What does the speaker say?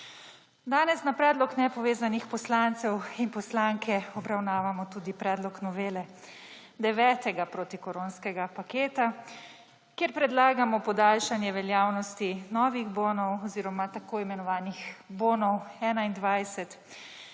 Danes na predlog nepovezanih poslancev in poslanke obravnavamo tudi predlog novele 9. protikoronskega paketa, kjer predlagamo podaljšanje veljavnosti novih bonov oziroma tako imenovanih bonov 21,